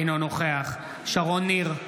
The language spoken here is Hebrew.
אינו נוכח שרון ניר,